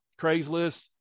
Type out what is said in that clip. Craigslist